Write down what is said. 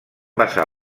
basar